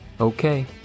Okay